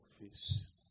face